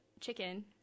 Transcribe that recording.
chicken